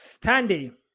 Tandy